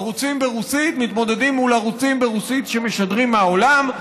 ערוצים ברוסית מתמודדים מול ערוצים ברוסית שמשדרים מהעולם.